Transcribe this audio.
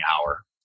hour